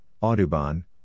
Audubon